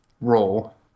role